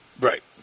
Right